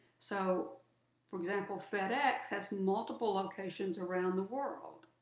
so for example, fedex has multiple locations around the world.